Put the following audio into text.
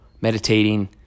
meditating